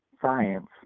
science